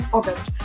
August